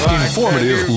informative